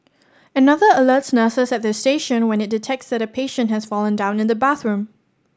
another alerts nurses at their station when it detects that a patient has fallen down in the bathroom